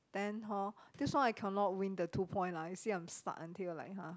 then hor this one I cannot win the two point lah you see I'm stuck until like !huh!